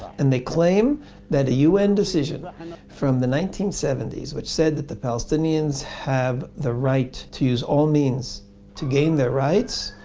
and they claim a u n. decision from the nineteen seventy s, which said that the palestinians have the right to use all means to gain their rights,